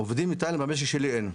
עובדים מתאילנד במשק שלי אין.